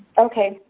okay,